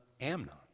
Amnon